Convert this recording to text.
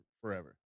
forever